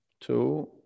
two